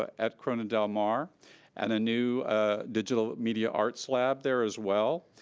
ah at corona del mar and a new ah digital media arts lab there as well.